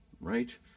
right